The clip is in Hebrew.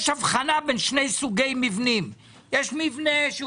יש הבחנה בין שני סוגי מבנים: יש מבנה שהוא